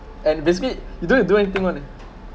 and basically you don't need to do anything on it